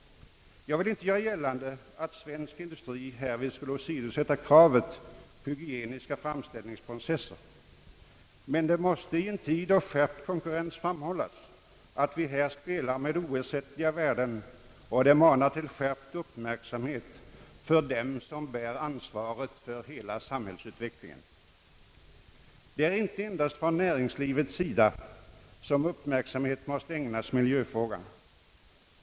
Jag vill inte göra gällande att svensk industri härvid skulle åsidosätta kravet på hygieniska framställningsprocesser. Men det måste i en tid av skärpt konkurrens framhållas, att vi här spelar med oersättliga värden och att detta manar till skärpt uppmärksamhet från dem som bär ansvaret för samhällsutvecklingen. Det är inte endast från näringslivets sida som uppmärksamhet måste ägnas miljöfrågorna.